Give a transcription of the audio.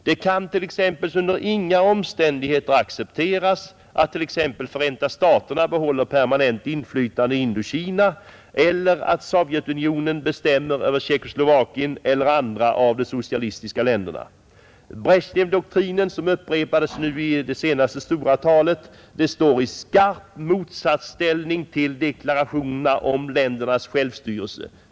Det kan t.ex. under inga omständigheter accepteras att Förenta staterna behåller permanent inflytande i Indokina eller att Sovjetunionen bestämmer över Tjeckoslovakien eller andra av de socialistiska länderna. Brezjnevdoktrinen, som Sovjetunionens partichef upprepade i sitt senaste stora tal, står i skarp motsatsställning till deklarationen om ländernas självstyrelse.